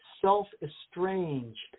self-estranged